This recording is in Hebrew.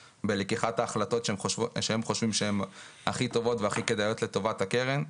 בלקיחת ההחלטות שהם חושבים שהן הכי טובות והכי כדאיות לטובת הקרן,